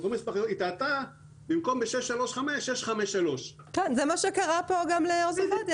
אלא במקום לכתוב 635 היא רשמה 653. זה מה שקרה כאן גם לעוז עובדיה.